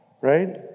Right